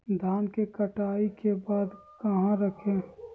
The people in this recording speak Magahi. धान के कटाई के बाद कहा रखें?